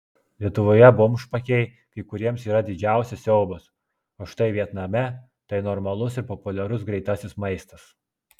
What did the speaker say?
lietuvoje bomžpakiai kai kuriems yra didžiausias siaubas o štai vietname tai normalus ir populiarus greitasis maistas